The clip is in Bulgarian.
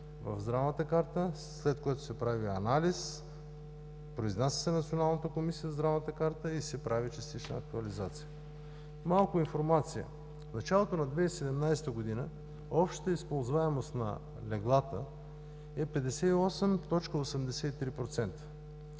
в Здравната карта, след което се прави анализ, произнася се Националната комисия за Здравната карта и се прави частична актуализация. Малко информация. В началото на 2017 г. общата използваемост на леглата е 58,83%.